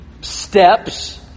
steps